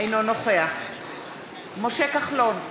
אינו נוכח משה כחלון,